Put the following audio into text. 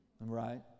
Right